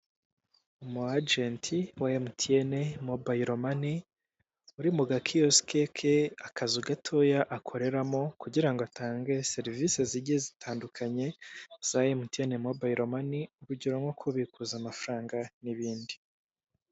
Umu ajenti wa MTN Mobile Money uri mu gakiyosike ke, akazu gatoya gakoreramo kugira ngo atange serivisi zigiye zitandukanye za MTN Mobile Money, urugero nko kubikuza amafaranga n'ibindi.